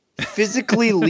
physically